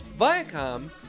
Viacom